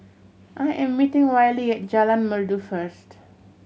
I am meeting Wiley at Jalan Merdu first